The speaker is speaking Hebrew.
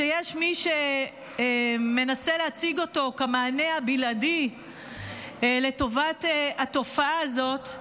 שיש מי שמנסה להציג אותו כמענה הבלעדי לטיפול בתופעה הזאת,